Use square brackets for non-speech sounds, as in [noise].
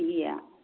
[unintelligible]